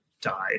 died